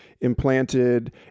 implanted